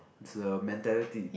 is a mentality